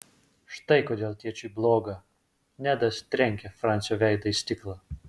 štai kodėl tėčiui bloga nedas trenkė fransio veidą į stiklą